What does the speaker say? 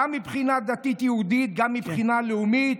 גם מבחינה דתית-יהודית וגם מבחינה לאומית,